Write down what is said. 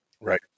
Right